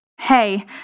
Hey